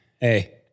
Hey